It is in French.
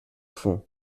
fond